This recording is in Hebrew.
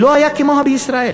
שלא היה כמוה בישראל,